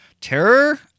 Terror